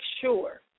sure